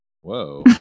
Whoa